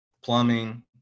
plumbing